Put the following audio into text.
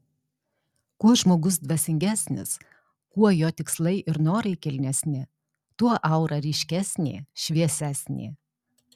kuo žmogus dvasingesnis kuo jo tikslai ir norai kilnesni tuo aura ryškesnė šviesesnė